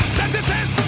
sentences